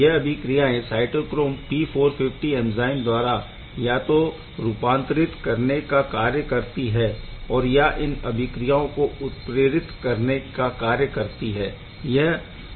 यह अभिक्रियाएं cytochrome P450 enzyme द्वारा या तो रूपांतरित करने का कार्य करती है और या इन अभिक्रियाओं को उत्प्रेरित करने का कार्य करती है